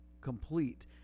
complete